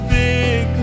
big